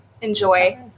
enjoy